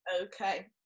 okay